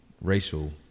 racial